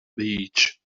beach